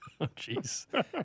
Jeez